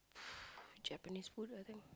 Japanese food I think